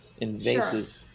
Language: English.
invasive